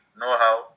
know-how